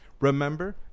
remember